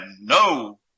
no